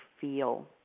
feel